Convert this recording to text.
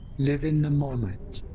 live in the moment!